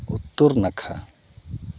ᱩᱛᱛᱚᱨ ᱱᱟᱠᱷᱟ